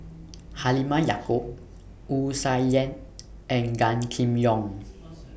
Halimah Yacob Wu Tsai Yen and Gan Kim Yong